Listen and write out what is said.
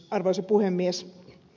arvoisa puhemies